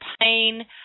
pain